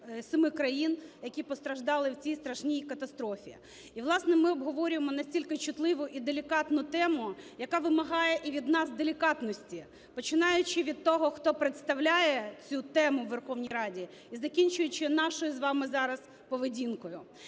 семи країн, які постраждали в цій страшній катастрофі. І, власне, ми обговорюємо настільки чутливу і делікатну тему, яка вимагає і від нас делікатності, починаючи від того, хто представляє цю тему у Верховній Раді, і закінчуючи нашою з вами зараз поведінкою.